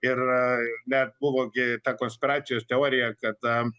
ir net buvo gi ta konspiracijos teorija kad